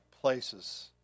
places